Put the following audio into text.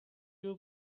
you